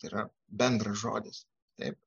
yra bendras žodis taip